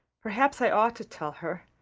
perhaps i ought to tell her.